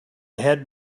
head